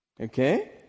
Okay